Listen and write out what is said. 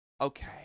okay